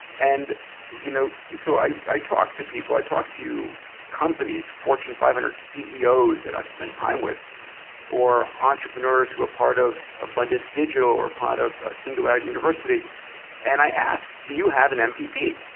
and you know so i i talk to people. i talk to companies, fortune five hundred ceos that i've spent time with or entrepreneurs who are part of abundance digital or a part of singularity university and i ask, do you have an mtp?